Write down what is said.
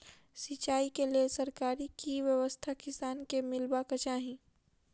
सिंचाई केँ लेल सरकारी की व्यवस्था किसान केँ मीलबाक चाहि?